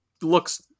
looks